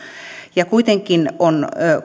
kuitenkin on